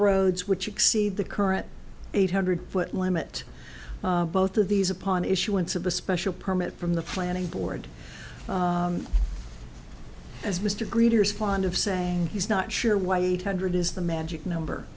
road switch exceed the current eight hundred foot limit both of these upon issuance of a special permit from the planning board as mr greeters fond of saying he's not sure why eight hundred is the magic number